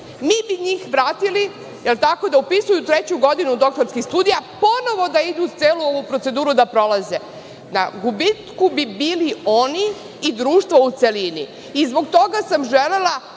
Mi bi njih vratili da upisuju treću godinu doktorskih studija, ponovo da idu, celu ovu proceduru da prolaze. Na gubitku bi bili oni i društvo u celini. Zbog toga sam želela